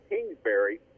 Kingsbury